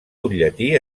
butlletí